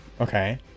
Okay